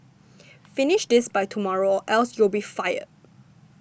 finish this by tomorrow else you'll be fired